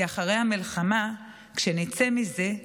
כי אחרי המלחמה, כשנצא מזה,